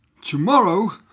Tomorrow